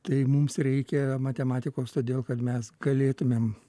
tai mums reikia matematikos todėl kad mes galėtumėm